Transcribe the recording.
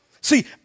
See